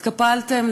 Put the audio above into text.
התקפלתם,